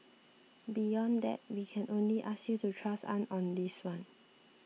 beyond that we can only ask you to trust us on this one